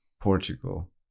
Portugal